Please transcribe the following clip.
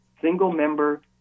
single-member